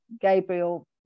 Gabriel